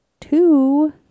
two